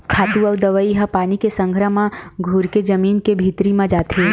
खातू अउ दवई ह पानी के संघरा म घुरके जमीन के भीतरी म जाथे